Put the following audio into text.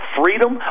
freedom